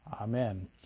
Amen